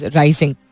rising